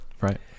right